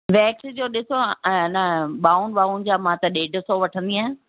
wax जो ॾिसो हा न बाहुनि वाहुनि जा मां त ॾेढ सौ वठंदी आहियां